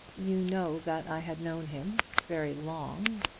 you know that i had known him very long.